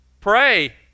Pray